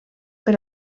per